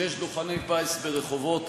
שיש דוכני פיס ברחובות